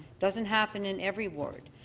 doesn't happen in every ward.